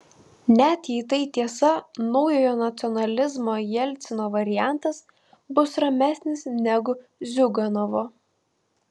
net jei tai tiesa naujojo nacionalizmo jelcino variantas bus ramesnis negu ziuganovo